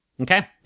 okay